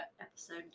episode